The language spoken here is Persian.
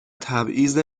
تبعیض